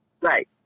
Right